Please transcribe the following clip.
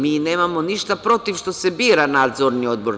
Mi nemamo ništa protiv što se bira Nadzorni odbor.